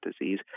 disease